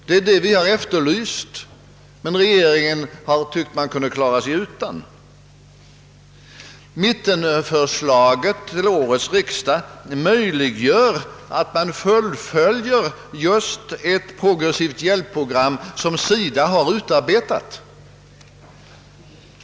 Det är vad vi har efterlyst, medan regeringen har ansett att man kunde klara sig ändå. Och mittenpartiernas förslag till årets riksdag innebär just fullföljandet av det progressiva hjälpprogram som SIDA har utarbetat.